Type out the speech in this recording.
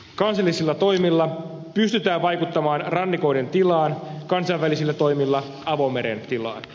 kansallisilla toimilla pystytään vaikuttamaan rannikoiden tilaan kansainvälisillä toimilla avomeren tilaan